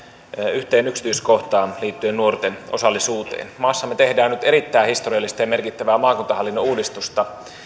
yhteen yksityiskohtaan liittyen nuorten osallisuuteen maassamme tehdään nyt erittäin historiallista ja merkittävää maakuntahallinnon uudistusta